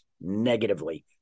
negatively